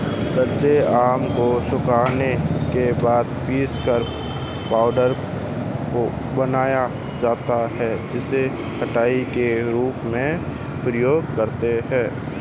कच्चे आम को सुखाने के बाद पीसकर पाउडर बनाया जाता है जिसे खटाई के रूप में प्रयोग करते है